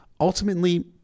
Ultimately